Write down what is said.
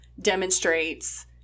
demonstrates